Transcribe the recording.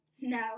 No